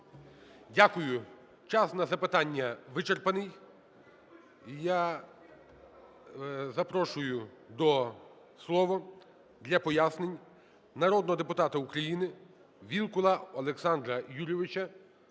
Дякую. Час на запитання вичерпаний. Я запрошую до слова для пояснень народного депутата України Вілкула Олександра Юрійовича.